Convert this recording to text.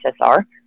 USSR